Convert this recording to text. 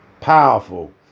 powerful